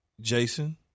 Jason